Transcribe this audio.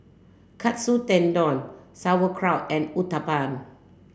Katsu Tendon Sauerkraut and Uthapam